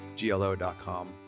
glo.com